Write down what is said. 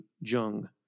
Jung